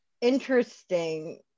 interesting